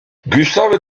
gustave